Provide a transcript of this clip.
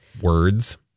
words